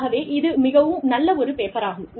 ஆகவே இது மிகவும் நல்ல ஒரு பேப்பராகும்